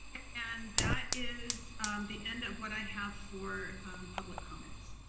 and that is the end of what i have for public comments.